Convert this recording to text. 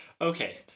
okay